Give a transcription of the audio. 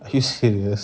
you serious